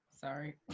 Sorry